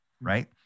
Right